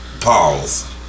Pause